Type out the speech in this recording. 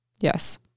Yes